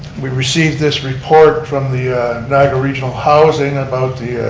we received this report from the niagara regional housing about the